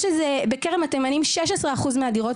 יש בכרם התימנים איזה 16% מהדירות,